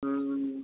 अं